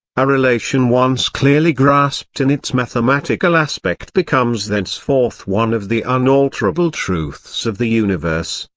a relation once clearly grasped in its mathematical aspect becomes thenceforth one of the unalterable truths of the universe,